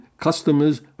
customers